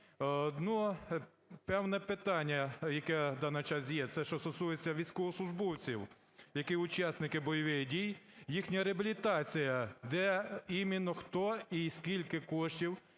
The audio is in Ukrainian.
Но, певне питання, яке в даний час, це що стосується військовослужбовців. Які учасники бойових дій, їхня реабілітація, де іменно, хто і скільки коштів,